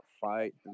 fight